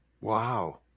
Wow